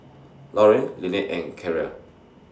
Lorraine Lynnette and Keara